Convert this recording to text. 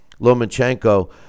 Lomachenko